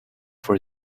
for